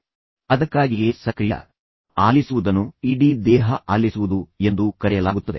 ಆದ್ದರಿಂದ ಅದಕ್ಕಾಗಿಯೇ ಸಕ್ರಿಯ ಆಲಿಸುವುದನ್ನು ಇಡೀ ದೇಹ ಆಲಿಸುವುದು ಎಂದು ಕರೆಯಲಾಗುತ್ತದೆ